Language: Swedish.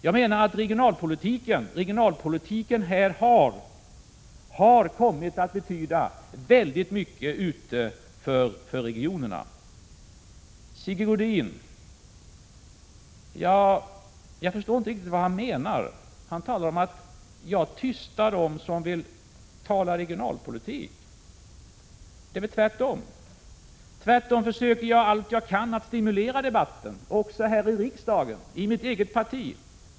Jag menar att regionalpolitiken har kommit att betyda oerhört mycket ute i regionerna. Jag förstår inte riktigt vad Sigge Godin menar. Han talar om att jag tystar dem som vill tala regionalpolitik. Det är väl tvärtom. Jag försöker allt jag kan att stimulera debatten också här i riksdagen, och i mitt eget parti.